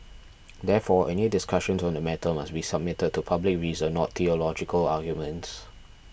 therefore any discussions on the matter must be submitted to public reason not theological arguments